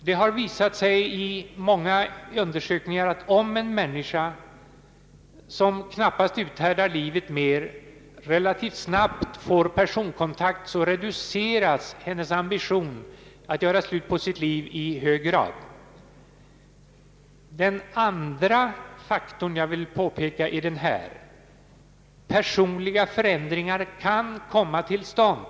Det har i många undersökningar visat sig att om en människa, som knappast uthärdar livet mer, relativt snabbt får personkontakt, reduceras i hög grad hennes ambition att göra slut på sitt liv. Ett annat viktigt moment är detta: personliga förändringar kan komma till stånd.